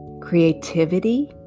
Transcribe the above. Creativity